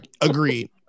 agreed